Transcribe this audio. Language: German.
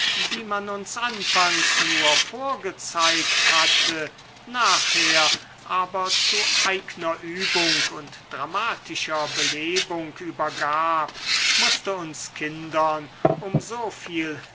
die man uns anfangs nur vorgezeigt hatte nachher aber zu eigner übung und dramatischer belebung übergab mußte uns kindern um so viel